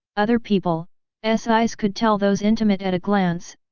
other people s eyes could tell those intimate at a glance,